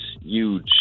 huge